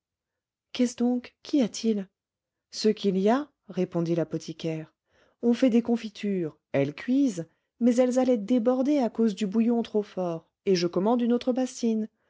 qu'est-ce donc qu'y a-t-il ce qu'il y a répondit l'apothicaire on fait des confitures elles cuisent mais elles allaient déborder à cause du bouillon trop fort et je commande une autre bassine